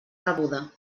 rebuda